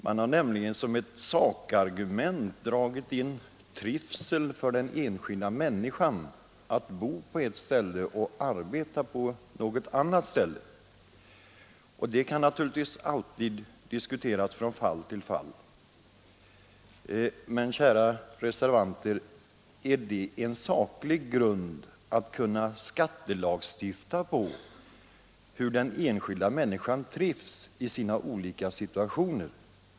Man har nämligen som ett sakargument dragit in frågan om den trivsel som den enskilda människan kan känna av att bo på ett ställe och arbeta på ett annat ställe. Det kan naturligtvis diskuteras från fall till fall. Men, kära reservanter, är det en saklig grund att skattelagstifta på hur den enskilda människan trivs i sina olika situationer?